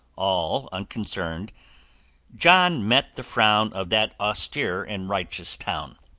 all unconcerned john met the frown of that austere and righteous town.